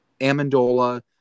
Amendola